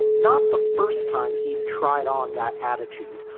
not the first time he tried on that attitude.